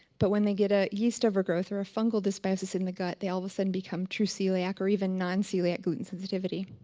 but when they get a yeast overgrowth or a fungal dysbiosis in the gut, they all of a sudden become true celiac or even non-celiac gluten sensitivity.